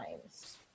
times